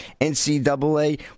ncaa